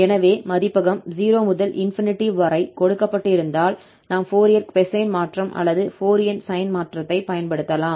எனவே மதிப்பகம் 0 முதல் ∞ வரை கொடுக்கப்பட்டிருப்பதால் நாம் ஃபோரியர் கொசைன் மாற்றம் அல்லது ஃபோரியர் சைன் மாற்றத்தைப் பயன்படுத்தலாம்